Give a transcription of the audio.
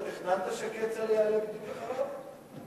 אתה תכננת שכצל'ה יעלה בדיוק אחריו?